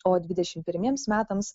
o dvidešim pirmiems metams